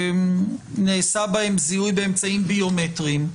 נעשה בהם זיהוי באמצעים ביומטריים?